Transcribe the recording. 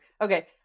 Okay